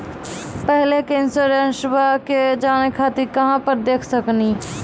पहले के इंश्योरेंसबा के जाने खातिर कहां पर देख सकनी?